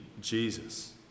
Jesus